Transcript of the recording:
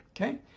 Okay